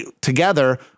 together